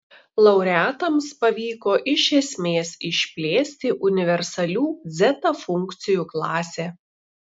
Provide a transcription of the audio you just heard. laureatams pavyko iš esmės išplėsti universalių dzeta funkcijų klasę